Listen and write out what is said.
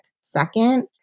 second